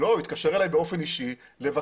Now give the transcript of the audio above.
הוא התקשר אלי באופן אישי לבקש.